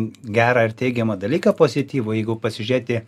gerą ir teigiamą dalyką pozityvų jeigu pasižiūrėti